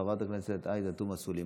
חברת הכנסת עאידה תומא סלימאן,